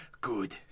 Good